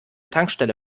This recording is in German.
tankstelle